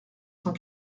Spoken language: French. cent